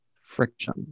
friction